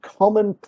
common